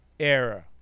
era